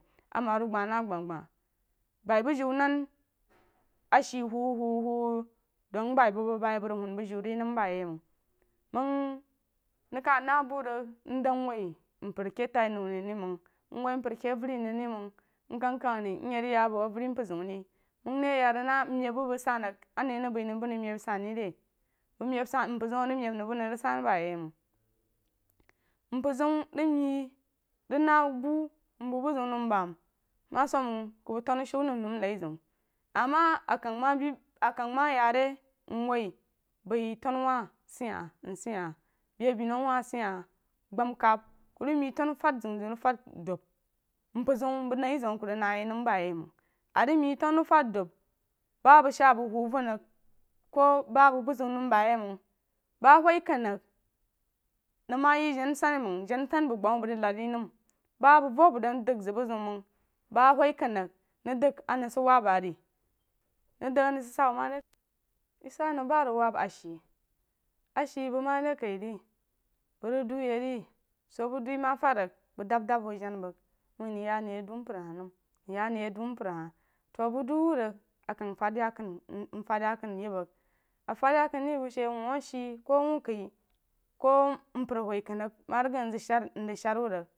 Amaru rig gbah na a ghah bai bu muju dan a she whu whu whu dəng bai bəng bai a bəng rig wum bulu ri nəng ba yi məng, məng nəng kah nah bu rig mdan woi mpər a ke tai nau nəng ri nəng mwah mpər ke avər nəng ri məng mkəng kəng ri myi rig ya bu avər mpər zeun ri myi ya rig na mmed bəng sid rig ani rig bəi nəng mbnəng med rig re ku mub san mpər rig meb nəng buni rig san ba yi məng mpər zeun rig mei rig na bu mbəng bu zeun nəm bam ma sum məng ku bəng tonu a shu nən na’m hai zeun ama a kəna ma bi a kəng maya ri nwah bei tanu wa seya nse ya be benau woh seya gbamkam bəng rig mei tanu fad zeun zeum rig fad dub mpər zeun bəng nai zeun a ku rig fad dub mpər zeun bəng nai zeun a ku rig na yi məm ba yi məng a rig bei tanu rig dub ba məng shaa bəng wuu vən rig ku ba bəng bu zeun nəm ba yi məng ba wuh kan rig nəng ma yi jan nsani məng bəng gbah a bəng lan ri nəm ba vo bəng dan dən zəng bu zeun məng ba wuh kan rig nən dəng a nəng sak wab ba ri nən dəng a nəng sid sa bəng ma de kah yi sa nəm ba n rig wab a she a she loəng madi kah ri bəng rig du yi ri su bu duyi ma fad rig bəng dan wuh jana bəng wai nəng ya anəng yi du mpər hah nam nən ya a nəng yi du mpər hah to bəng du wuh rig a kan sad yakanu anfad yakenu ye bəng a fad yakanu rig yi bəng shi wuu a she ko wuu kah ko mpər a wah kan rig ma rig gang zəng sher shan wu rig.